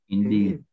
Indeed